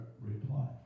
reply